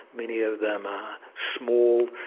many of them are small,